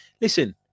listen